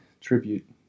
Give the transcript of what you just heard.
tribute